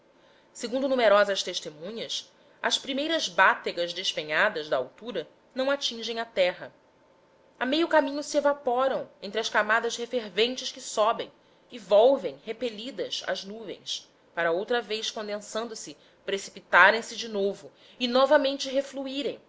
segundo numerosas testemunhas as primeiras bátegas despenhadas da altura não atingem a terra a meio caminho se evaporam entre as camadas referventes que sobem e volvem repelidas às nuvens para outra vez condensando se precipitarem se de novo e novamente